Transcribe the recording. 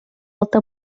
volta